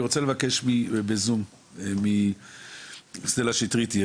אני רוצה לדבר עם סטלה שטרית מבית החולים יוספטל.